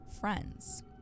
friends